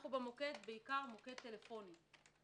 אנחנו בעיקר מוקד טלפוני.